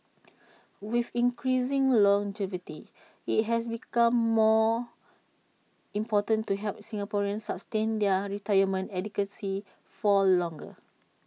with increasing longevity IT has become more important to help Singaporeans sustain their retirement adequacy for longer